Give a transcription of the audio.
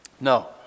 No